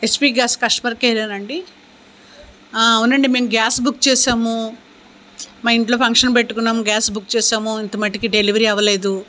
H gas customer కేరేనాండి అవునండి మేము గ్యాస్ బుక్ చేసాము మా ఇంట్లో ఫంక్షన్ పెట్టుకున్నాము గ్యాస్ బుక్ చేసాము ఇంతమటుకు డెలివరీ అవ్వలేదు